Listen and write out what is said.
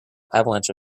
avalanche